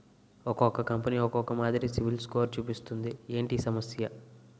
ఒక్కో కంపెనీ ఒక్కో మాదిరి సిబిల్ స్కోర్ చూపిస్తుంది ఏంటి ఈ సమస్య?